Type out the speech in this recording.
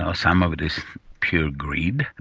ah some of it is pure greed,